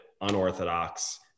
unorthodox